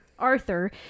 arthur